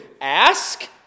Ask